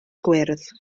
gwyrdd